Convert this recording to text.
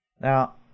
Now